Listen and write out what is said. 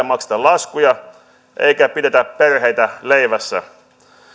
makseta laskuja eikä pidetä perheitä leivässä